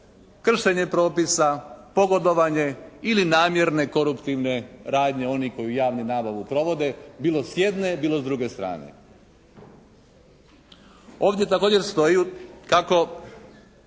Kršenje propisa, pogodovanje ili namjerne koruptivne radnje onih koji javnu nabavu provode bilo s jedne, bilo s druge strane. Ovdje također stoji kako